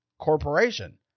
Corporation